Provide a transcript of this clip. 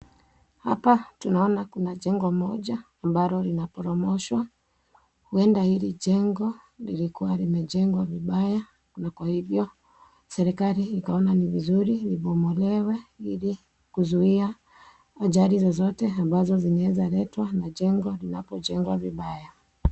Hapa tunaona kuna jengo moja ambalo linaporomoshwa huenda hili jengo lilikuwa limejengwa vibaya na kwa hivyo serikali ikaona ni vizuri ibomolewe ili kuzuia ajali zozote ambazo zinaweza letwa na jengo linapojengwa vibaya.